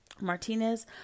Martinez